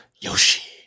Yoshi